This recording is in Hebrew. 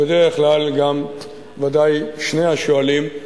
ובדרך כלל, בוודאי שני השואלים,